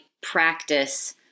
practice